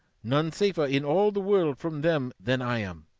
none safer in all the world from them than i am,